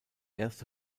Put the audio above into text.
erste